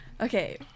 Okay